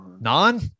Non